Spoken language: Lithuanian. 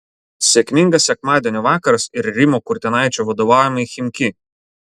sėkmingas sekmadienio vakaras ir rimo kurtinaičio vadovaujamai chimki